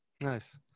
Nice